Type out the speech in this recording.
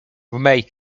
mej